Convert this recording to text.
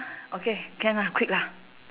okay can ah quick lah